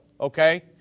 Okay